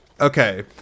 Okay